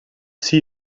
see